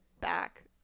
back